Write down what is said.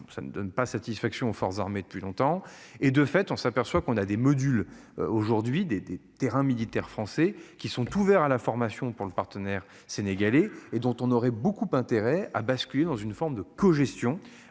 ça ne donne pas satisfaction aux forces armées depuis longtemps et de fait on s'aperçoit qu'on a des modules aujourd'hui des des terrains militaires français qui sont ouverts à la formation pour le partenaire sénégalais et dont on aurait beaucoup intérêt à bascule dans une forme de cogestion.